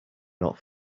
not